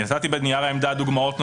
הבאתי בנייר העמדה דוגמאות נוספות.